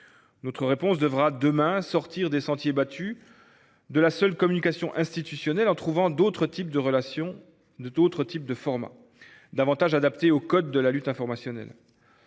Notre réponse demain devra sortir des sentiers battus de la seule communication institutionnelle et trouver d’autres types de relais et de formats, davantage adaptés aux codes de la lutte informationnelle.